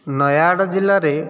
ନାୟାଗଡ଼ ଜିଲ୍ଲାରେ